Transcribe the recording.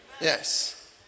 Yes